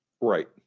Right